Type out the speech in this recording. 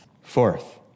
Fourth